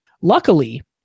luckily